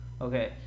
Okay